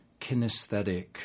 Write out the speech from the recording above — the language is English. kinesthetic